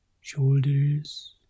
shoulders